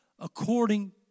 according